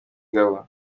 ngabo